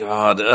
God